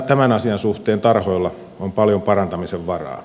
tämän asian suhteen tarhoilla on paljon parantamisen varaa